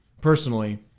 Personally